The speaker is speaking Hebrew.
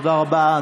תודה רבה.